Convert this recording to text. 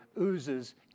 oozes